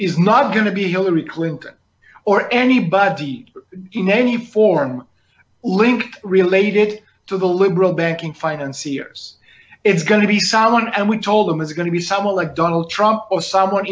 is not going to be hillary clinton or anybody in any form linked related to the liberal banking finance ears it's going to be sound and we told them it's going to be someone like donald trump or someone